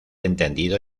entendido